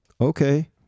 okay